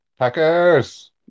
Packers